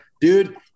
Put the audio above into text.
dude